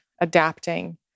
adapting